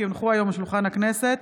כי הונחו היום על שולחן הכנסת,